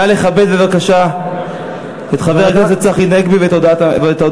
נא לכבד את חבר הכנסת צחי הנגבי ואת הודעתו.